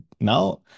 now